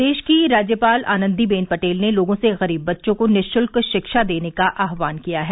प्रदेश की राज्यपाल आनन्दीबेन पटेल ने लोगों से गरीब बच्चों को निशुल्क शिक्षा देने का आह्वान किया है